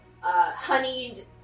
honeyed